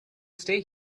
stay